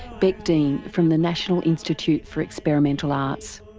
bec dean from the national institute for experimental arts.